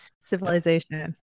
civilization